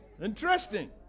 Interesting